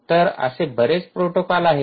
तर असे बरेच प्रोटोकॉल आहेत